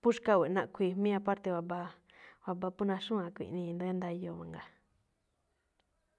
phú xkawe̱ꞌ na̱ꞌkhui̱i̱ mí aparte wabaa, waba phú naxúwu̱u̱n a̱kui̱nꞌ ꞌnii̱ rá, rí nda̱yo̱o̱ mangaa.